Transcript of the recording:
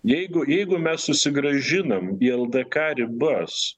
jeigu jeigu mes susigrąžinam vi el de ka ribas